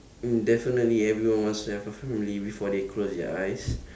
mm definitely everyone wants to have a family before they close their eyes